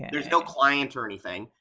there's no client or anything,